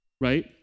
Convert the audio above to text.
right